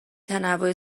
تنوع